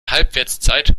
halbwertszeit